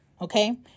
Okay